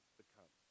become